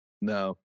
No